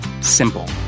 Simple